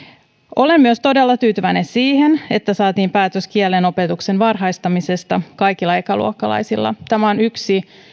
olen todella tyytyväinen myös siihen että saatiin päätös kielenopetuksen varhaistamisesta kaikille ekaluokkalaisille tämä on